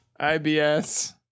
IBS